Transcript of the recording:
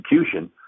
execution